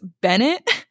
Bennett